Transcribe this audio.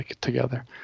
together